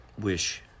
wish